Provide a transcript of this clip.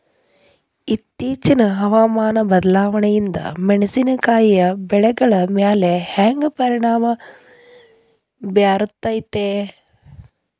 ಇತ್ತೇಚಿನ ಹವಾಮಾನ ಬದಲಾವಣೆಯಿಂದ ಮೆಣಸಿನಕಾಯಿಯ ಬೆಳೆಗಳ ಮ್ಯಾಲೆ ಹ್ಯಾಂಗ ಪರಿಣಾಮ ಬೇರುತ್ತೈತರೇ?